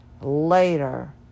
later